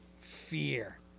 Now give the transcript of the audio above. fear